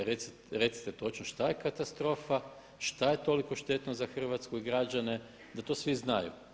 Recite točno šta je katastrofa, šta je toliko štetno za Hrvatsku i građane da to svi znaju.